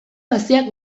haziak